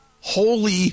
Holy